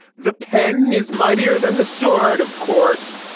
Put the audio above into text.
the pen is mightier than the sword. of course.